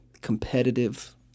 competitive